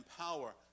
power